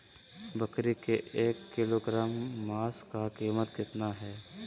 बकरी के एक किलोग्राम मांस का कीमत कितना है?